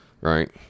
right